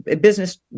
business